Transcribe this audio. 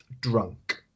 drunk